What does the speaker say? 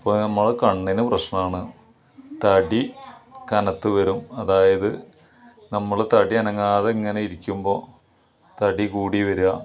അപ്പോള് നമ്മുടെ കണ്ണിന് പ്രശ്നമാണ് തടി കനത്തു വരും അതായത് നമ്മള് തടി അനങ്ങാതെ ഇങ്ങനിരിക്കുമ്പോള് തടി കൂടി വരുക